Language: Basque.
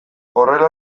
horrela